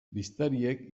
bisitariek